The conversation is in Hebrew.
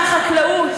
מהחקלאות.